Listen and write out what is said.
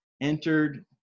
entered